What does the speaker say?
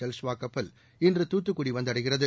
ஜலஷ்வா கப்பல் இன்று தூத்துக்குடி வந்தடைகிறது